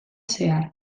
zehar